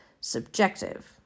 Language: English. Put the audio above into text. subjective